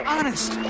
Honest